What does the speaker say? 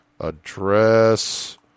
Address